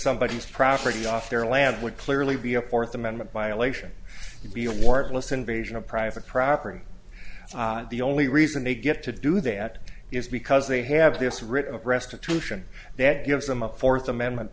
somebody's property off their land would clearly be a fourth amendment violation would be a warrantless invasion of private property and the only reason they get to do that is because they have this writ of restitution that gives them a fourth amendment